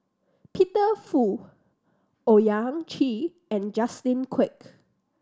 Peter Fu Owyang Chi and Justin Quek